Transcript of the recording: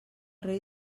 rei